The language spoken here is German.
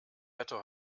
wetter